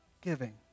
giving